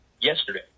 yesterday